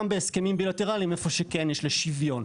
בהסכמים בילטרליים איפה שכן יש שוויון.